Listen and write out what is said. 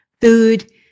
food